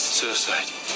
suicide